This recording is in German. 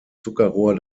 zuckerrohr